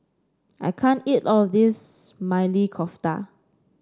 I can't eat all of this Maili Kofta